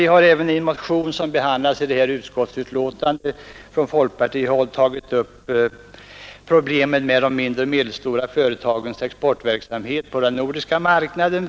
Vi har i en annan motion från folkpartihåll som behandlas i detta utskottsbetänkande tagit upp problemet med de mindre och medelstora företagens exportverksamhet på den nordiska marknaden.